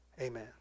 amen